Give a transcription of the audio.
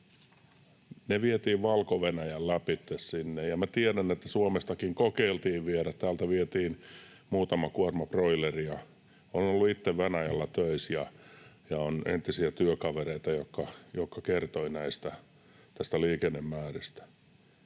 Ne vietiin Valko-Venäjän läpi sinne, ja minä tiedän, että Suomestakin kokeiltiin viedä, täältä vietiin muutama kuorma broileria. Olen ollut itse Venäjällä töissä, ja on entisiä työkavereita, jotka kertoivat näistä liikennemääristä.